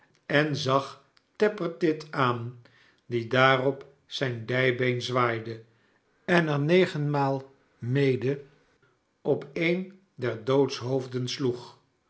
en zag tappertit aan die daarop zijn dijbeen zwaaide en er negenrnaal mede op een der doodshoofden sloeg